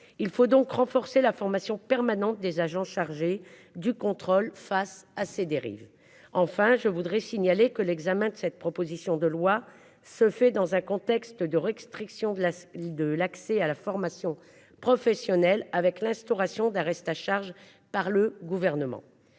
Il faut donc renforcer la formation permanente des agents chargés du contrôle face à ces dérives. Enfin je voudrais signaler que l'examen de cette proposition de loi se fait dans un contexte de restriction de la lie de l'accès à la formation professionnelle avec l'instauration d'un reste à charge par le gouvernement.